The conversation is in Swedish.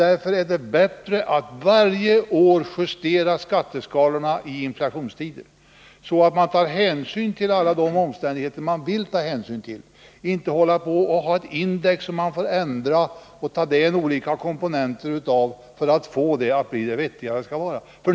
Därför är det bättre att varje år justera skatteskalorna i inflationstider, så att man kan ta hänsyn till alla omständigheter i stället för att ha ett index som man får ändra och ta bort olika komponenter ur för att det skall bli vettigt.